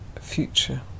future